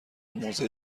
موضع